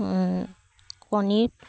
কণীৰ